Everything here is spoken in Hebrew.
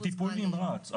בטיפול נמרץ,